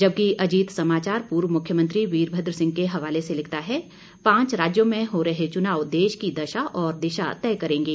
जबकि अजीत समाचार पूर्व मुख्यमंत्री वीरभद्र सिंह के हवाले से लिखता है पांच राज्यों में हो रहे चुनाव देश की दशा और दिशा तय करेंगे